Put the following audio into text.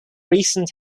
recent